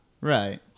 Right